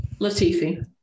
Latifi